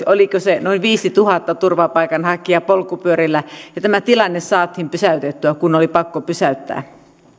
oliko se noin viisituhatta turvapaikanhakijaa polkupyörillä ja tämä tilanne saatiin pysäytettyä kun oli pakko pysäyttää